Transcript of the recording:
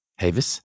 Havis